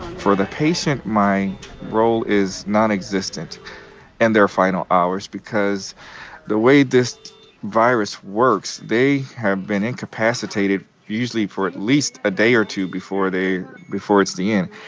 for the patient, my role is nonexistent in and their final hours because the way this virus works, they have been incapacitated usually for at least a day or two before they before it's the end.